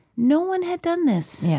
no one had done this. yeah